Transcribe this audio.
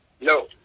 No